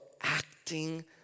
acting